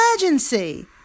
emergency